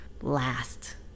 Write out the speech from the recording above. last